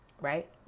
right